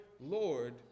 lord